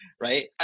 right